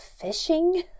fishing